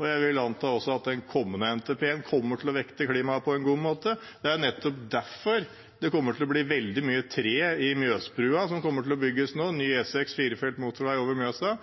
vil anta at også den kommende NTP-en kommer til å vekte klima på en god måte. Nettopp derfor kommer det til å bli veldig mye tre i Mjøsbrua, som kommer til å bli bygd nå, ny E6 firefelts motorvei over Mjøsa.